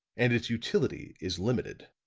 and its utility is limited.